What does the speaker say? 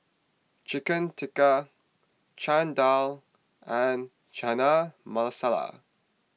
Chicken Tikka Chana Dal and Chana Masala